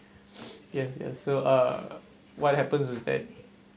yes yes so uh what happened was that